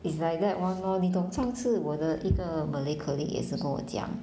is like that [one] lor 你懂上次我的一个 malay colleague 也是跟我讲